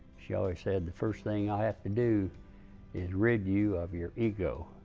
she always said the first thing i have to do is rid you of your ego,